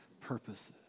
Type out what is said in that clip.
purposes